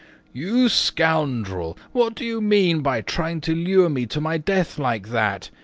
you scoundrel, what do you mean by trying to lure me to my death like that?